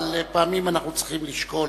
אבל פעמים אנחנו צריכים לשקול